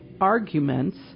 arguments